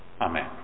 amen